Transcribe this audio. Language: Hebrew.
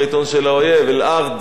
זה כבר,